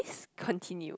just continue